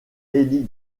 élie